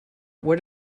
what